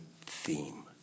theme